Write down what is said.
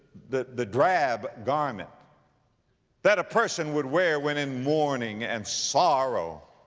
the, the drab garment that a person would wear when in mourning and sorrow.